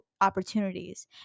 opportunities